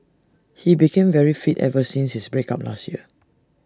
he became very fit ever since his break up last year